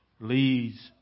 leads